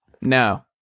No